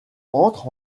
entre